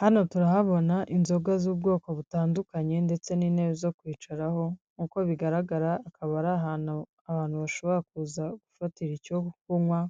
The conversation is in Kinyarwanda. Hano turahabona inzoga z'ubwoko butandukanye ndetse n'intebe zo kwicaraho, nk'uko bigaragara akaba ari ahantu abantu bashobora kuza gufatira icyo kunywa